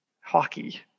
hockey